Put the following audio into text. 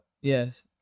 Yes